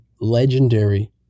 legendary